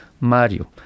Mario